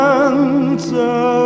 answer